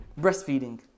breastfeeding